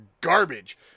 garbage